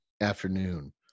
afternoon